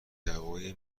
دوای